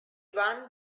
won